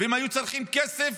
והן היו צריכים כסף